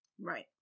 Right